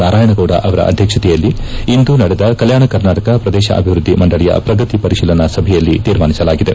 ನಾರಾಯಣಗೌಡ ಅವರ ಅಧ್ಯಕ್ಷತೆಯಲ್ಲಿ ಇಂದು ನಡೆದ ಕಲ್ಯಾಣ ಕರ್ನಾಟಕ ಪ್ರದೇಶ ಅಭಿವೃದ್ದಿ ಮಂಡಳಿಯ ಪ್ರಗತಿ ಪರಿಶೀಲನಾ ಸಭೆಯಲ್ಲಿ ತೀರ್ಮಾನಿಸಲಾಗಿದೆ